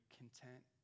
content